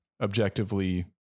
objectively